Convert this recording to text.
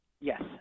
Yes